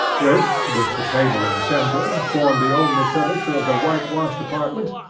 which, with the table in the centre, form the only furniture of the whitewashed apartment,